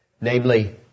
namely